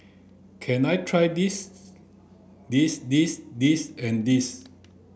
can I try this this this this and this